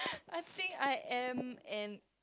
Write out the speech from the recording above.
I think I am an